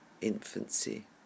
infancy